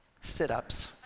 sit-ups